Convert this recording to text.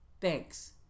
Thanks